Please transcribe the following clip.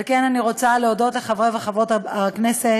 על כן, אני רוצה להודות לחברי וחברות הכנסת,